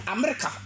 America